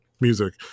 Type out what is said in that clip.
music